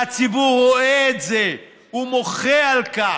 והציבור רואה את זה, ומוחה על כך,